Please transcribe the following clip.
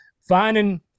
finding